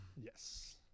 Yes